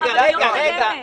רגע, רגע.